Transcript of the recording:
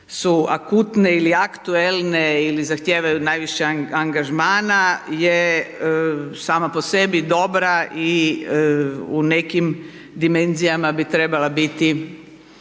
su akutne ili aktuelne ili zahtijevaju najviše angažmana je sama po sebi dobra i u nekim dimenzijama bi trebala biti